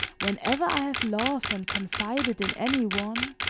whenever i have loved and confided in any one,